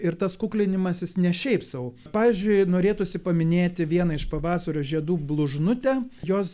ir tas kuklinimasis ne šiaip sau pavyzdžiui norėtųsi paminėti vieną iš pavasario žiedų blužnutę jos